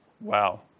Wow